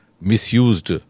misused